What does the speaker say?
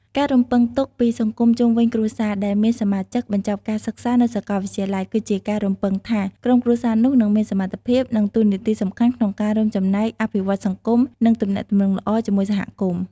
ការរំពឹងទុកពីសង្គមជុំវិញគ្រួសារដែលមានសមាជិកបញ្ចប់ការសិក្សានៅសាកលវិទ្យាល័យ គឺជាការរំពឹងថា ក្រុមគ្រួសារនោះនឹងមានសមត្ថភាព និងតួនាទីសំខាន់ក្នុងការរួមចំណែកអភិវឌ្ឍសង្គម និងទំនាក់ទំនងល្អជាមួយសហគមន៍។